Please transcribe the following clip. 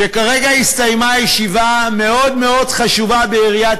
שכרגע הסתיימה ישיבה מאוד מאוד חשובה בעיריית